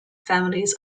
families